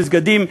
או מסגדים,